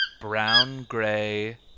brown-gray